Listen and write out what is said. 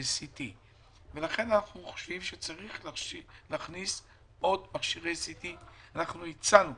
לכן אנחנו חושבים שצריך להכניס עוד מכשירי CT. הצענו